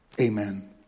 Amen